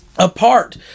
Apart